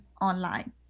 online